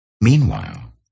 Meanwhile